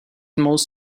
most